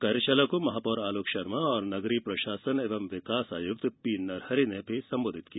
कार्यशाला को महापौर आलोक शर्मा और नगरीय प्रशासन एवं विकास आयुक्त पी नरहरी ने भी संबोधित किया